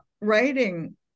writing